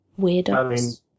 weirdos